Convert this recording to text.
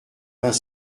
vingt